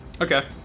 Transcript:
Okay